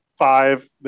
five